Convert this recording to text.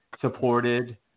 supported